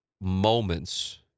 moments